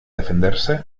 defenderse